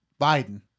Biden